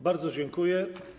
Bardzo dziękuję.